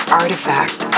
artifact